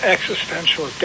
Existential